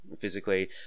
physically